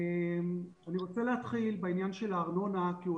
אני רוצה להתחיל בעניין של הארנונה כי הוא